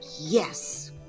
Yes